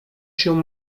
się